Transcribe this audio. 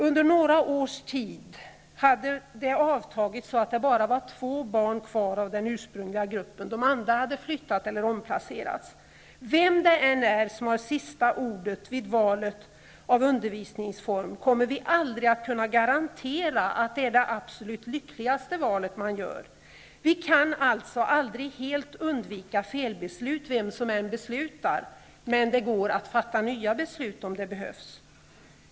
Efter några år fanns det bara två barn kvar av den ursprungliga gruppen. De andra hade flyttat eller omplacerats. Vem det än är som har sista ordet vid valet av undervisningsform, kommer vi aldrig att kunna garantera att det är det absolut lyckligaste valet man gör. Vi kan alltså aldrig helt undvika felbeslut, vem som än beslutar. Men det går att fatta nya beslut, om det behövs.